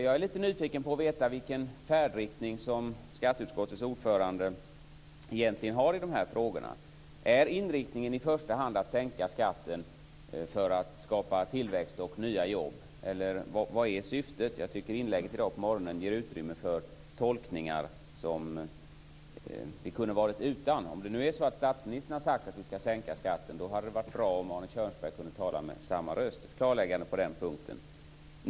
Jag är lite nyfiken att få veta vilken färdriktning som skatteutskottets ordförande egentligen har i dessa frågor. Är inriktningen i första hand att sänka skatten för att skapa tillväxt och nya jobb, eller vad är syftet? Jag tycker att inlägget här ger utrymme för tolkningar som vi kunde ha varit utan. Om statsministern sagt att vi skall sänka skatten hade det varit bra om Arne Kjörnsberg hade kunnat tala med samma röst. Jag skulle vilja ha ett klarläggande på den punkten.